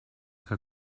què